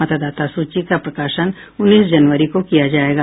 मतदाता सूची का प्रकाशन उन्नीस जनवरी को किया जायेगा